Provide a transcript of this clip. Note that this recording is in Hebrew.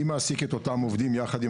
אני מעסיק את אותם עובדים ביחד עם